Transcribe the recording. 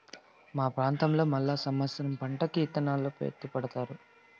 మా ప్రాంతంలో మళ్ళా సమత్సరం పంటకి ఇత్తనాలు ఎత్తిపెడతారు